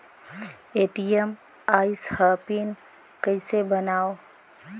ATM आइस ह pin कइसे बनाओ?